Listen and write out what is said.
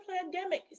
pandemic